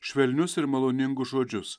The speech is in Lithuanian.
švelnius ir maloningus žodžius